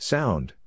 Sound